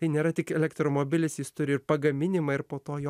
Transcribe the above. tai nėra tik elektromobilis jis turi ir pagaminimą ir po to jo